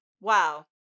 wow